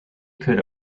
could